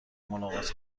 ملاقات